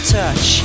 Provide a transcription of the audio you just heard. touch